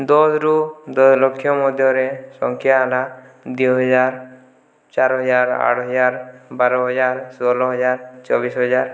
ଦଶରୁ ଦଶଲକ୍ଷ ମଧ୍ୟରେ ସଂଖ୍ୟା ହେଲା ଦୁଇହଜାର ଚାରିହଜାର ଆଠହଜାର ବାରହଜାର ଷୋହଳହଜାର ଚବିଶହଜାର